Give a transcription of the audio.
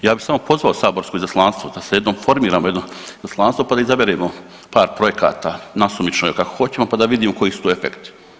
Ja bi samo pozvao saborsko izaslanstvo da se jednom formiramo jedno izaslanstvo pa da izaberemo par projekata nasumično ili kako hoćemo pa da vidimo koji su tu efekti.